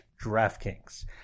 DraftKings